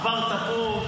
עברת פה,